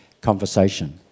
conversation